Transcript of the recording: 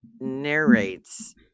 narrates